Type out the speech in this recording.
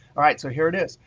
all right, so here it is,